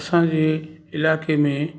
असांजे इलाइक़े में